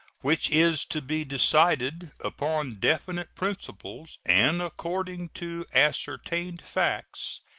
which is to be decided upon definite principles and according to ascertained facts,